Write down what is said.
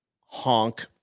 Honk